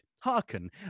hearken